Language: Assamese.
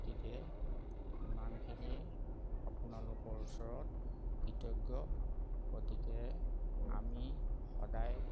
গতিকে ইমানখিনিয়ে আপোনালোকৰ ওচৰত কৃতজ্ঞ গতিকে আমি সদায়